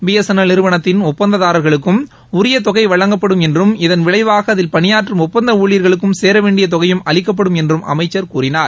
B S N L நிறுவனத்தின் ஒப்பந்ததாரர்களுக்கும் உரிய தொகை வழங்கப்படும் என்றம் இதன் விளைவாக அதில் பணியாற்றும் ஒப்பந்த ஊழியா்களுக்கும் சேர வேண்டிய தொகையும் அளிக்கப்படும் என்றும் அமைச்சர் தெரிவித்தார்